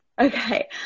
Okay